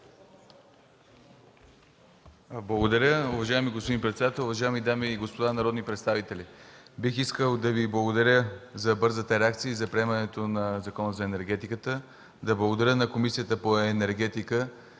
Благодаря. Уважаема госпожо председател, уважаеми дами и господа народни представители! Бих искал да Ви благодаря за бързата реакция – за приемането на промените в Закона за енергетиката, да благодаря на Комисията по енергетика